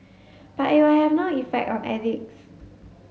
but it will have no effect on addicts